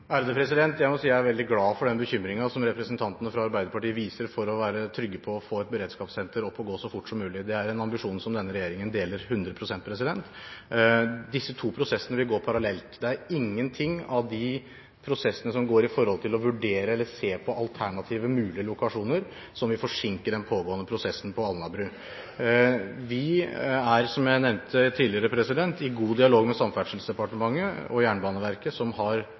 Jeg må si jeg er veldig glad for den bekymringen som representantene fra Arbeiderpartiet viser – for å være trygge på å få et beredskapssenter opp å gå så fort som mulig. Det er en ambisjon som denne regjeringen deler 100 pst. Disse to prosessene vil gå parallelt. Det er ingenting i de prosessene som går på å se på alternative mulige lokasjoner, som vil forsinke den pågående prosessen på Alnabru. Vi er – som jeg har nevnt tidligere – i god dialog med Samferdselsdepartementet og Jernbaneverket, som dette tomtearealet ligger under. Det har